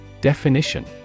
Definition